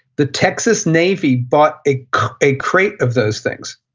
the texas navy bought a a crate of those things,